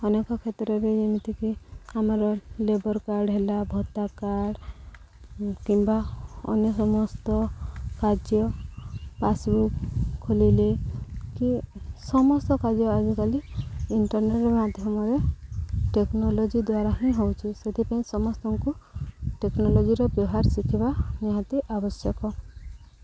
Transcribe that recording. ଅନେକ କ୍ଷେତ୍ରରେ ଯେମିତିକି ଆମର ଲେବର କାର୍ଡ଼୍ ହେଲା ଭତ୍ତା କାର୍ଡ଼୍ କିମ୍ବା ଅନ୍ୟ ସମସ୍ତ କାର୍ଯ୍ୟ ପାସ୍ବୁକ୍ ଖୋଲିଲେ କି ସମସ୍ତ କାର୍ଯ୍ୟ ଆଜିକାଲି ଇଣ୍ଟରନେଟ୍ ମାଧ୍ୟମରେ ଟେକ୍ନୋଲୋଜି ଦ୍ଵାରା ହିଁ ହଉଚି ସେଥିପାଇଁ ସମସ୍ତଙ୍କୁ ଟେକ୍ନୋଲୋଜିର ବ୍ୟବହାର ଶିଖିବା ନିହାତି ଆବଶ୍ୟକ